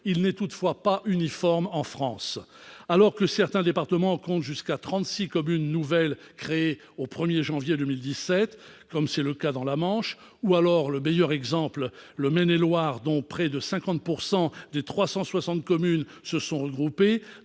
il n'est pas uniforme en France. Alors que certains départements comptent jusqu'à 36 communes nouvelles créées au 1 janvier 2017, comme c'est le cas de la Manche, le meilleur exemple reste toutefois le Maine-et-Loire, dont près de 50 % de 360 communes se sont regroupées,